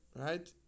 Right